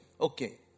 okay